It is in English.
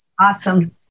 awesome